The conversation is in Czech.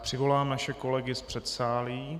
Přivolám naše kolegy z předsálí.